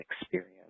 experience